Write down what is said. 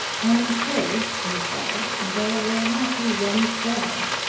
i am afraid, he sighed, there will not be any swag.